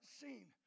seen